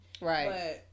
Right